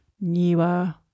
newer